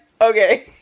okay